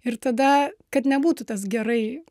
ir tada kad nebūtų tas gerai